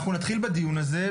אנחנו נתחיל בדיון הזה,